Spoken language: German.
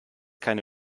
keine